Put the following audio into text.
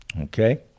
Okay